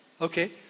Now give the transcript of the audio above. Okay